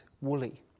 woolly